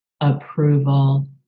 approval